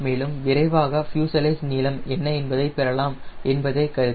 மேலும் விரைவாக ஃப்யூஸலேஜ் நீளம் என்ன என்பதை பெறலாம் என்பதே கருத்து